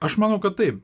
aš manau kad taip